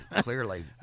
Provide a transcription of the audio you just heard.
clearly